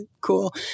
cool